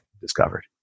discovered